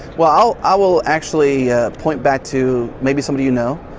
well, i will actually ah point back to maybe somebody, you know?